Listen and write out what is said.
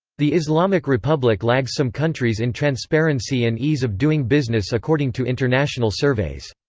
the islamic republic lags some countries in transparency and ease of doing business according to international surveys.